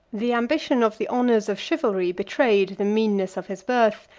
the ambition of the honors of chivalry betrayed the meanness of his birth,